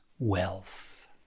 wealth